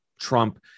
trump